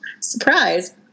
Surprise